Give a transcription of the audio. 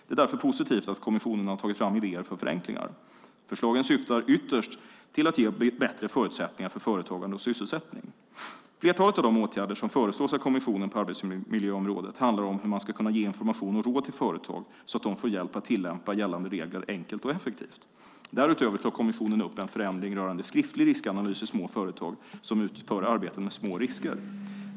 Det är därför positivt att kommissionen har tagit fram idéer för förenklingar. Förslagen syftar ytterst till att ge bättre förutsättningar för företagande och sysselsättning. Flertalet av de åtgärder som föreslås av kommissionen på arbetsmiljöområdet handlar om hur man kan ge information och råd till företag, så att de får hjälp att tillämpa gällande regler enkelt och effektivt. Därutöver tar kommissionen upp en förändring rörande skriftlig riskanalys i små företag som utför arbeten med små risker.